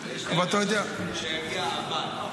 אבל אתה יודע --- יש לי הרגשה שיגיע ה"אבל".